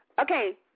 Okay